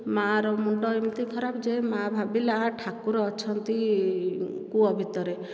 ମାଆର ମୁଣ୍ଡ ଏମିତି ଖରାପଯେ ମାଆ ଭାବିଲା ଠାକୁର ଅଛନ୍ତି କୂଅ ଭିତରେ